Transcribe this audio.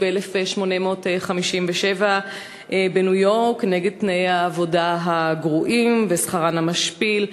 ב-1857 בניו-יורק נגד תנאי העבודה הגרועים ושכרן המשפיל,